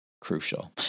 crucial